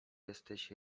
jesteś